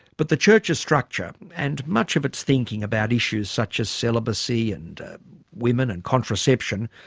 but the church's structure and much of its thinking about issues such as celibacy and women and contraception,